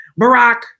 Barack